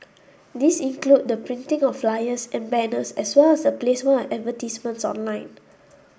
these include the printing of flyers and banners as well as the placement of advertisements online